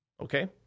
Okay